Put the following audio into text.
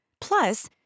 Plus